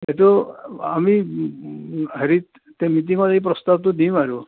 সেইটো আমি হেৰিত মিটিঙত এই প্ৰস্তাৱটো দিম আৰু